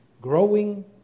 Growing